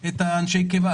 יש את אנשי הקבע,